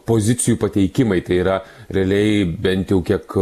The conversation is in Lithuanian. pozicijų pateikimai tai yra realiai bent jau kiek